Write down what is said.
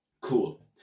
Cool